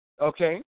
okay